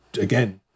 again